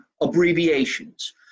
abbreviations